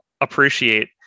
appreciate